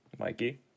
Mikey